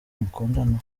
mukundana